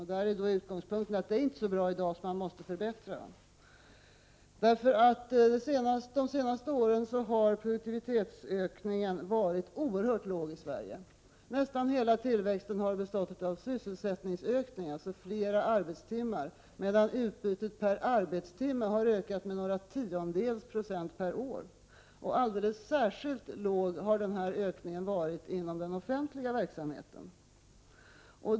Där är då utgångspunkten att förhållandena inte är så bra i dag, utan att man måste förbättra dem. De senaste åren har produktivitetsökningen varit oerhört låg i Sverige. Nästan hela tillväxten har bestått av sysselsättningsökning, alltså flera arbetstimmar, medan utbytet per arbetstimme har ökat med några tiondels procent per år. Alldeles särskilt låg har ökningen varit inom den offentliga verksamheten.